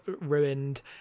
ruined